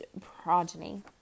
progeny